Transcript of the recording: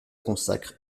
consacre